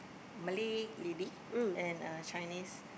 Malay lady and a Chinese